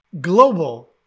global